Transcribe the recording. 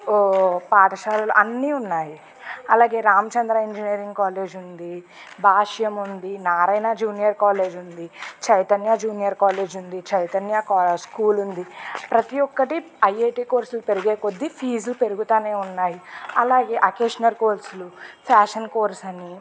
ఓ పాఠశాలలు అన్నీ ఉన్నాయి అలాగే రామచంద్ర ఇంజనీరింగ్ కాలేజ్ ఉంది భాష్యం ఉంది నారాయణ జూనియర్ కాలేజ్ ఉంది చైతన్య జూనియర్ కాలేజ్ ఉంది చైతన్య స్కూల్ ఉంది ప్రతి ఒక్కటి ఐఐటి కోర్సులు పెరిగే కొద్ది ఫీజులు పెరుగుతూనే ఉన్నాయి అలాగే వొకేషనల్ కోర్స్లు ప్యాషన్ కోర్స్ అని